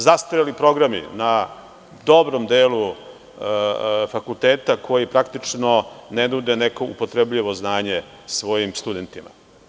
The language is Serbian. Zastareli programi na dobrom delu fakulteta koji praktično ne nude neku upotrebljivo znanje svojim studentima.